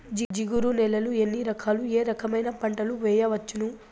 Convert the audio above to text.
జిగురు నేలలు ఎన్ని రకాలు ఏ రకమైన పంటలు వేయవచ్చును?